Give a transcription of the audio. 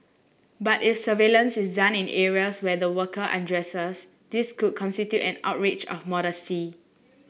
but if surveillance is done in areas where the worker undresses this could constitute an outrage of modesty